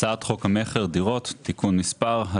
הצעת חוק המכר (דירות) (תיקון מספר ...),